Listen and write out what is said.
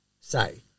say